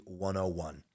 101